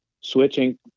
Switching